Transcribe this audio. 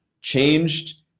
changed